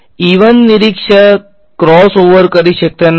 બરાબર નિરીક્ષક cross over કરી શકતા નથી